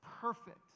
perfect